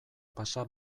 pasa